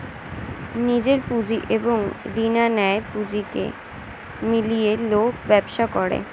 নিজের পুঁজি এবং রিনা নেয়া পুঁজিকে মিলিয়ে লোক ব্যবসা করে